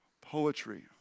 poetry